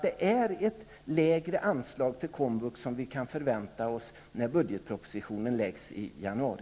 Det är ett lägre anslag till komvux som vi kan vänta oss när budgetpropositionen läggs fram i januari.